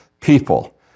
people